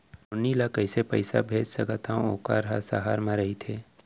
नोनी ल कइसे पइसा भेज सकथव वोकर ह सहर म रइथे?